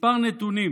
כמה נתונים: